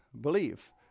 believe